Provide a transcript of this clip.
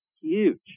Huge